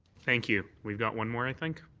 thank you. we've got one more, i think?